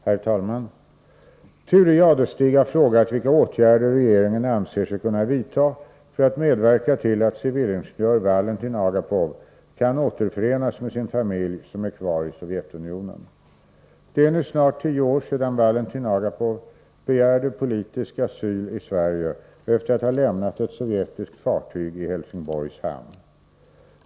Herr talman! Thure Jadestig har frågat vilka åtgärder regeringen anser sig kunna vidta för att medverka till att civilingenjör Valentin Agapov kan återförenas med sin familj, som är kvar i Sovjetunionen. Det är nu snart tio år sedan Valentin Agapov begärde politisk asyli Sverige efter att ha lämnat ett sovjetiskt fartyg i Helsingborgs hamn.